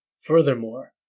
Furthermore